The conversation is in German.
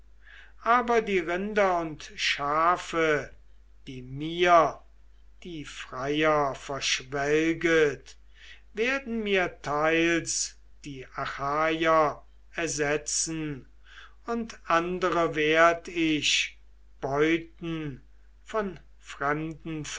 aber die rinder und schafe die mir die freier verschwelget werden mir teils die achaier ersetzen und andere werd ich beuten von